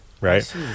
right